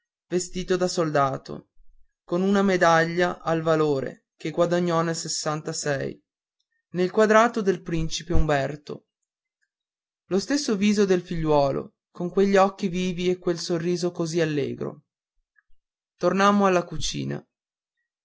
vestito da soldato con la medaglia al valore che guadagnò nel nel quadrato del principe umberto lo stesso viso del figliuolo con quegli occhi vivi e quel sorriso così allegro tornammo nella cucina